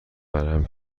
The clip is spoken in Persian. ورم